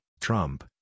Trump